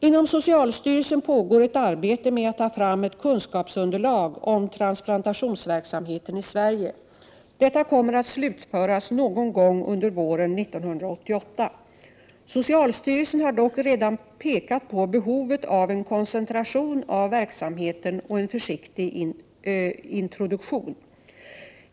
Inom socialstyrelsen pågår ett arbete med att ta fram ett kunskapsunderlag om transplantationsverksamheten i Sverige. Detta kommer att slutföras någon gång under våren 1988. Socialstyrelsen har dock redan pekat på behovet av en koncentration av verksamheten och en försiktig introduktion.